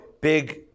big